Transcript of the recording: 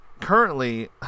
currently